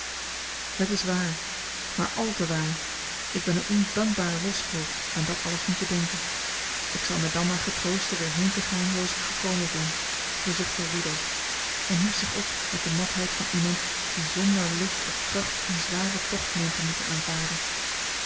het is waar maar al te waar ik ben een ondankbare loshoofd aan dat alles niet te denken ik zal mij dan maar getroosten weer heen te gaan zooals ik gekomen ben verzuchtte rudolf en hief zich op met de matheid van iemand die zonder lust of kracht een zwaren tocht meent te moeten aanvaarden